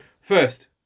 first